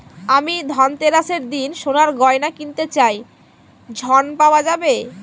আমি ধনতেরাসের দিন সোনার গয়না কিনতে চাই ঝণ পাওয়া যাবে?